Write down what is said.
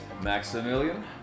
Maximilian